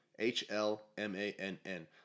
H-L-M-A-N-N